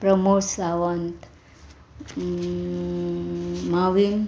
Pramod Sawant मावीन